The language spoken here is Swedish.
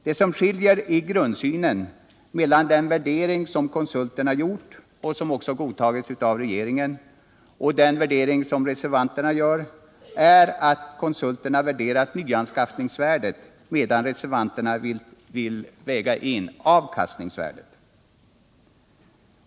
Vad som skiljer i grundsynen mellan den värdering som konsulterna har gjort och som har godtagits av regeringen och den värdering som reservanterna gör är att konsulterna har värderat nyanskaffningsvärdet medan reservanterna vill väga in avkastningsvärdet.